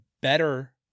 better